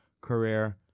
career